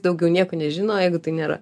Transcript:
daugiau nieko nežino jeigu tai nėra